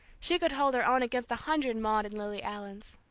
she could hold her own against a hundred maude and lily allens.